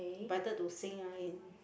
rather to sing ah in